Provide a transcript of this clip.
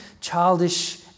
childish